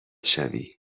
شوی